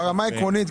ברמה העקרונית,